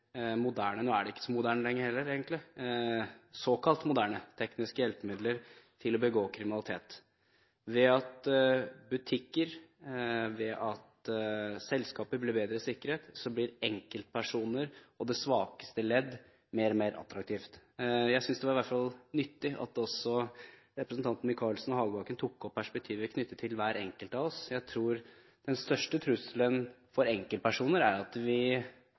moderne – såkalt moderne, nå er de egentlig ikke så moderne lenger – tekniske hjelpemidler til å begå kriminalitet. Ved at butikker og selskaper blir bedre sikret, blir enkeltpersoner og det svakeste ledd mer og mer attraktivt. Jeg synes i hvert fall det var nyttig at representantene Michaelsen og Hagebakken tok opp perspektivet knyttet til hver enkelt av oss. Jeg tror at den største trusselen for enkeltpersoner er at